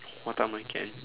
what time we can end